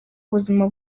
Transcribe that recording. ubuzima